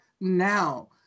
now